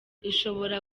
ishobora